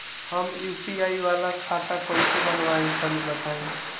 हम यू.पी.आई वाला खाता कइसे बनवाई तनि बताई?